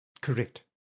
Correct